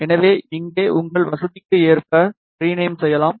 எனவே இங்கே உங்கள் வசதிக்கு ஏற்ப ரிநேம் செய்யலாம்